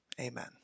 amen